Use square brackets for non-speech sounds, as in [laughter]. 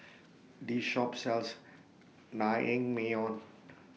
[noise] This Shop sells Naengmyeon